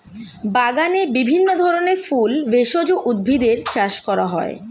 বাগানে বিভিন্ন ধরনের ফুল, ভেষজ উদ্ভিদের চাষ করা হয়